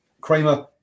Kramer